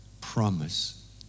promise